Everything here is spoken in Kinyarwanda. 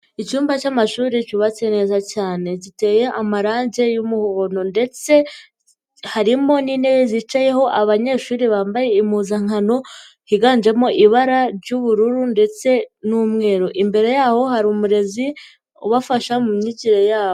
Icyumba cy'amashuri cyubatse neza cyane giteye amarange y'umuhondo ndetse harimo n'intebe zicayeho abanyeshuri bambaye impuzankano higanjemo ibara ry'ubururu ndetse n'umweru, imbere y'aho hari umurezi ubafasha mu myigire yabo.